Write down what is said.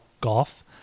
golf